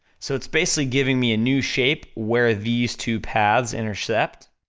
so it's basically giving me a new shape, where these two paths intersect,